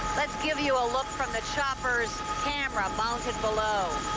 let's give you a look from the chopper's camera mounted below.